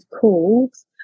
calls